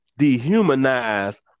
dehumanize